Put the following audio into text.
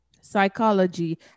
psychology